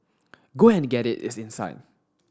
go and get it it's inside